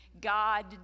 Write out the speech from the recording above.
God